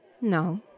No